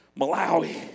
Malawi